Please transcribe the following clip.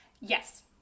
Yes